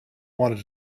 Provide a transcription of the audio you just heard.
wanted